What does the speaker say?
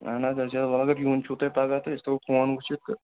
اہن حظ وۄنۍ اگر یُن چھُو تۄہہِ پگاہ تہٕ أسۍ تھاو فون وٕچھِتھ تہٕ